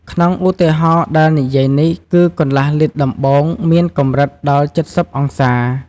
ក្នុងឧទាហរណ៍ដែលនិយាយនេះ គឺកន្លះលីត្រដំបូងមានកម្រិតដល់៧០អង្សា។